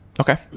Okay